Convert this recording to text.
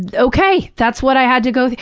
and okay. that's what i had to go through.